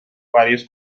varios